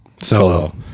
solo